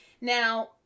Now